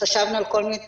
וחשבנו על כל מיני תהליכים,